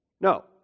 No